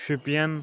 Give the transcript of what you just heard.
Shopian